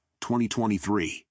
2023